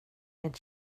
med